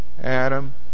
Adam